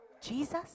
Jesus